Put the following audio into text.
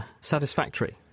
satisfactory